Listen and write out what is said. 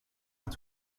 att